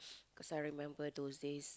because I remember those days